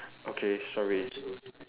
okay sorry